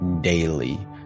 daily